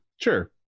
sure